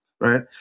right